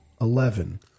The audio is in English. Eleven